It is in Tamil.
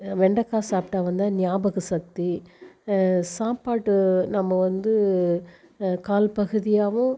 வெண்டைக்காய் சாப்பிட்டா வந்து நியாபக சக்தி சாப்பாட்டு நம்ம வந்து கால் பகுதியாகவும்